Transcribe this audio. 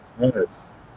yes